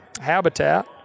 habitat